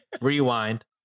rewind